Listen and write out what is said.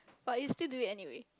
but you still do it anyway